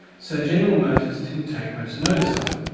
so general motors didn't take much notice of it.